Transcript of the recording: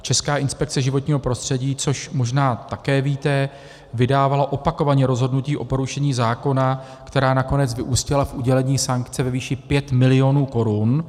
Česká inspekce životního prostředí, což možná také víte, vydávala opakovaně rozhodnutí o porušení zákona, která nakonec vyústila v udělení sankce ve výši 5 milionů korun.